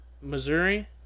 Missouri